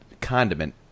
condiment